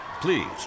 Please